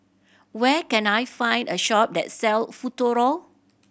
where can I find a shop that sell Futuro